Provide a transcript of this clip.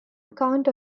account